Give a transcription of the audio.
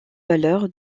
valeur